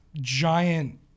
giant